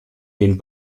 den